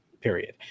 period